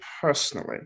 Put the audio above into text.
personally